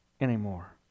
anymore